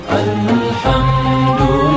alhamdulillah